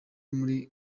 muri